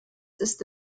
ist